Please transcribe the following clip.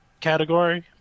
category